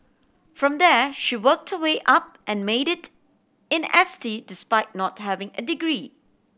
from there she worked way up and made it in S T despite not having a degree